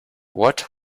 what